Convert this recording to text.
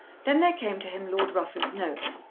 then there came to him lord rufford's note.